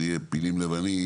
זה יהיה פילים לבנים,